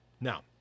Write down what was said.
Now